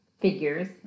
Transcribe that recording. figures